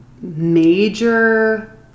major